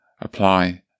apply